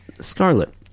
Scarlet